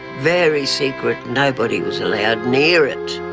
very secret, nobody was allowed near it.